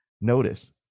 notice